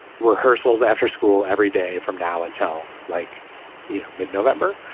rehearsals after school every day from now until like you know mid-november.